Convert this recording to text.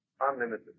Unlimited